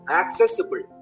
accessible